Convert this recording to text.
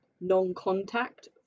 non-contact